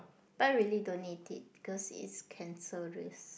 but I really don't need it because is cancerous